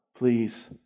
Please